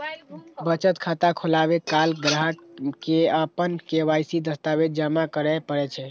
बचत खाता खोलाबै काल ग्राहक कें अपन के.वाई.सी दस्तावेज जमा करय पड़ै छै